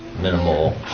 minimal